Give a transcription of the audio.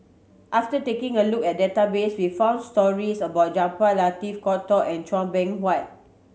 after taking a look at the database we found stories about Jaafar Latiff and Chua Beng Huat